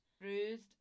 bruised